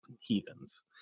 heathens